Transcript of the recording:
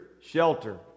shelter